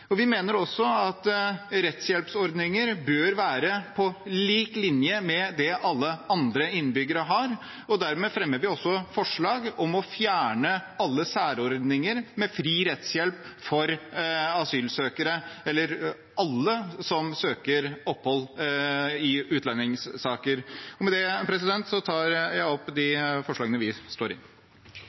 Vi mener også at rettshjelpsordninger bør være på lik linje med det alle andre innbyggere har. Dermed fremmer vi også et forslag om å fjerne alle særordninger med fri rettshjelp for asylsøkere, eller alle som søker opphold i utlendingssaker. Med det tar jeg opp forslagene fra Fremskrittspartiet. Da har representanten Jon Engen-Helgheim tatt opp de forslagene